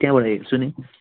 त्यहाँबाट हेर्छु नि